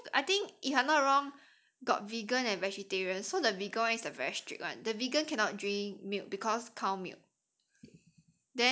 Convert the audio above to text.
okay so I think if I not wrong got vegan and vegetarian so the vegan one is the very strict one the vegan cannot drink milk because cow milk